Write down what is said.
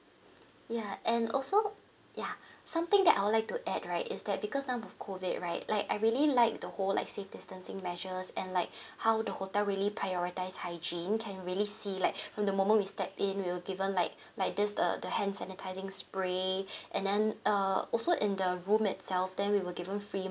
ya and also ya something that I'd like to add right is that because now with COVID right like I really like the whole like safe distancing measures and like how the hotel really prioritise hygiene can really see like from the moment we stepped in we were given like like this uh the hand sanitising spray and then uh also in the room itself then we were given free